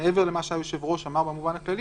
מעבר למה שהיושב-ראש אמר ברמה הכללית,